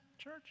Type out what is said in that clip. church